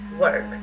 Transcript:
work